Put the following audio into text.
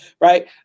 right